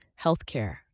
healthcare